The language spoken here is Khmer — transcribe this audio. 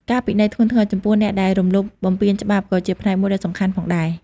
ការពិន័យធ្ងន់ធ្ងរចំពោះអ្នកដែលរំលោភបំពានច្បាប់ក៏ជាផ្នែកមួយដ៏សំខាន់ផងដែរ។